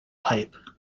pipe